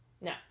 No